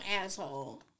asshole